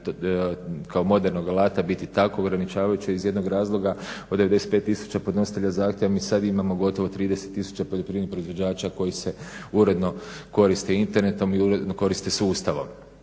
kao modernog alata biti tako ograničavajuće iz jednog razloga od 95 tisuća podnositelja zahtjeva mi sada imamo gotovo 30 tisuća poljoprivrednih proizvođača koji se uredno koriste internetom i uredno koriste sustavom.